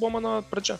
buvo mano pradžia